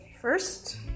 first